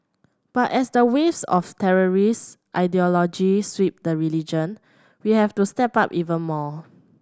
but as the waves of terrorist ideology sweep the religion we have to step up even more